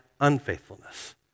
unfaithfulness